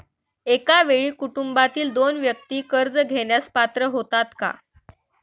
एका वेळी कुटुंबातील दोन व्यक्ती कर्ज घेण्यास पात्र होतात का?